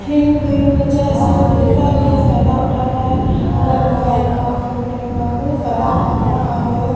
لیکن کوئی بچہ ایسا بھی ہوتا ہے جن کا گلط فائدہ اٹھاتا ہے موبائل کا کمپیوٹر کا گلط فائدہ اٹھاتا ہے اور گلط